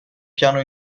piano